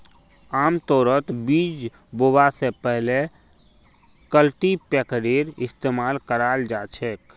आमतौरत बीज बोवा स पहले कल्टीपैकरेर इस्तमाल कराल जा छेक